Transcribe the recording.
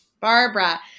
Barbara